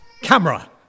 camera